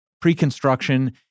pre-construction